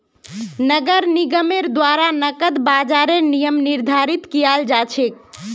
नगर निगमेर द्वारा नकद बाजारेर नियम निर्धारित कियाल जा छेक